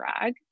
drag